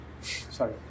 Sorry